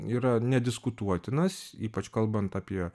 yra nediskutuotinas ypač kalbant apie